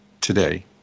today